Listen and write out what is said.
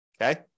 Okay